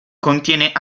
contiene